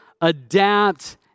adapt